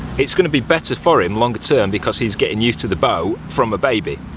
it's gonna be better for him longer term because he's getting used to the boat from a baby.